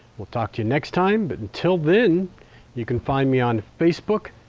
we'll talk to you next time but until then you can find me on facebook,